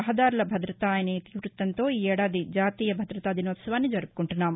రహదారుల భద్రత అనే ఇతివృత్తంతో ఈ ఏడాది జాతీయ భాదతా దినోత్సవాన్ని జరుపుకుంటున్నాం